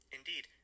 Indeed